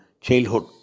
Childhood